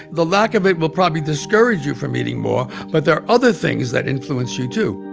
the lack of it will probably discourage you from eating more. but there are other things that influence you, too